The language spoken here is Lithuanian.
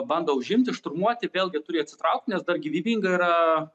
bando užimti šturmuoti vėlgi turi atsitraukti nes dar gyvybinga yra